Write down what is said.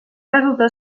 resultar